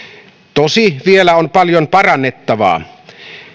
tosin vielä on paljon parannettavaa